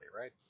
right